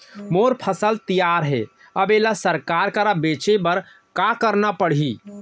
मोर फसल तैयार हे अब येला सरकार करा बेचे बर का करना पड़ही?